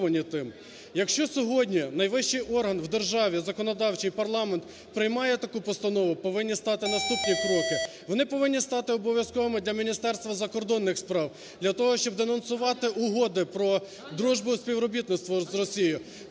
Якщо сьогодні найвищий орган в державі законодавчий – парламент – приймає таку постанову, повинні стати наступні кроки. Вони повинні стати обов'язковими для Міністерства закордонних справ, для того, щоб денонсувати угоди про дружбу і співробітництво з Росією.